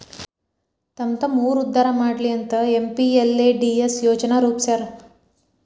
ತಮ್ಮ್ತಮ್ಮ ಊರ್ ಉದ್ದಾರಾ ಮಾಡ್ಲಿ ಅಂತ ಎಂ.ಪಿ.ಎಲ್.ಎ.ಡಿ.ಎಸ್ ಯೋಜನಾ ರೂಪ್ಸ್ಯಾರ